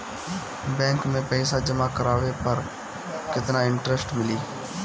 Bank में पईसा जमा करवाये पर केतना इन्टरेस्ट मिली?